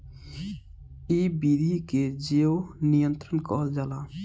इ विधि के जैव नियंत्रण कहल जाला